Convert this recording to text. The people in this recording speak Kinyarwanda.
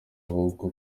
ahubwo